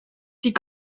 die